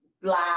black